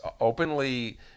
openly